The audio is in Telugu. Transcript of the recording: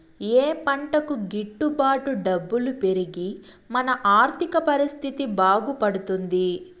ఏ పంటకు గిట్టు బాటు డబ్బులు పెరిగి మన ఆర్థిక పరిస్థితి బాగుపడుతుంది?